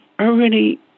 already